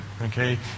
okay